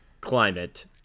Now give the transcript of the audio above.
climate